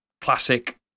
classic